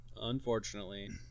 unfortunately